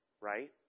right